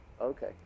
Okay